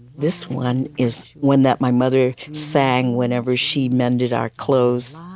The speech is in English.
this one is one that my mother sang whenever she mended our clothes,